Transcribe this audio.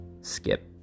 skip